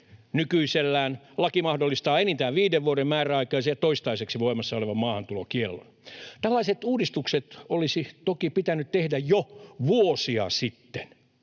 Nykyisellään laki mahdollistaa enintään viiden vuoden määräaikaisen ja toistaiseksi voimassa oleva maahantulokiellon. Tällaiset uudistukset olisi toki pitänyt tehdä jo vuosia sitten.